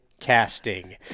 casting